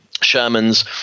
Sherman's